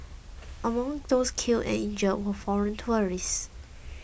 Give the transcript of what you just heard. among those killed and injured were foreign tourists